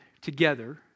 together